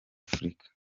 afurika